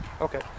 Okay